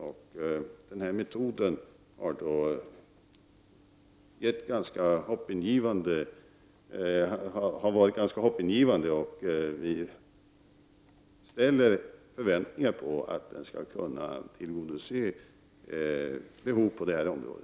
Nämnda metod har varit ganska hoppingivande, och vi förväntar oss att man därmed skall kunna tillgodose behov som finns på detta område.